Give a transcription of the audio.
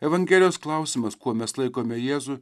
evangelijos klausimas kuo mes laikome jėzų